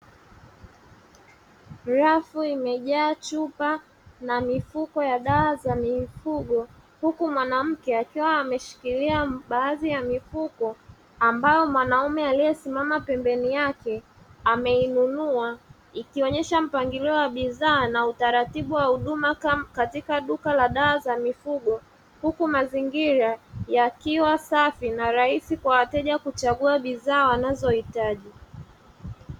Rafu imejaa chupa na mifuko ya dawa za mifugo, huku mwanamke akiwa ameshikilia baadhi ya mifuko ambayo mwanamume aliyesimama pembeni yake ameinunua, ikionyesha mpangilio wa bidhaa na utaratibu wa huduma katika duka la dawa za mifugo, huku mazingira yakiwa safi na rais kwa wateja kuchagua bidhaa wanazohitaji.